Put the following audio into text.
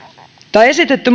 tämä esitetty